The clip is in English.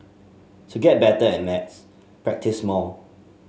to get better at maths practise more